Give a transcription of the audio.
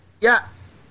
Yes